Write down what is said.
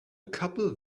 couple